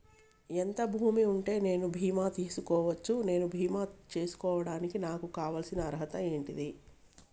ఎంత భూమి ఉంటే నేను బీమా చేసుకోవచ్చు? నేను బీమా చేసుకోవడానికి నాకు కావాల్సిన అర్హత ఏంటిది?